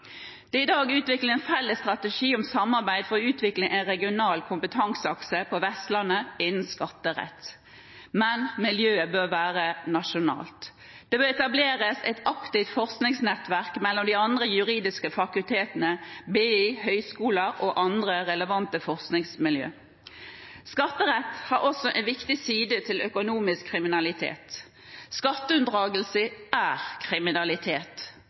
Det er i dag en felles strategi for å samarbeide om å utvikle en regional kompetanseakse på Vestlandet innen skatterett. Men miljøet bør være nasjonalt. Det bør etableres et aktivt forskningsnettverk mellom de andre juridiske fakultetene, BI, høyskoler og andre relevante forskningsmiljøer. Skatteretten har også en viktig side til økonomisk kriminalitet. Skatteunndragelse er kriminalitet.